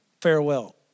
Farewell